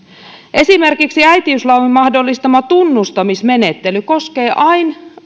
esimerkiksi äitiyslain mahdollistama tunnustamismenettely koskee vain